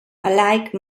alike